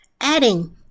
adding